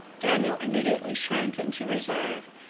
daniel immediately shrank into reserve,